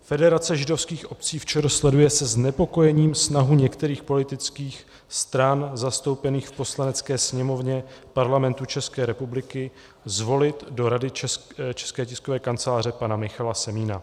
Federace židovských obcí v ČR sleduje se znepokojením snahu některých politických stran zastoupených v Poslanecké sněmovně Parlamentu České republiky zvolit do Rady České tiskové kanceláře pana Michala Semína.